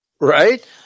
Right